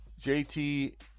JT